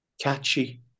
catchy